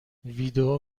ویدئو